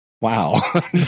Wow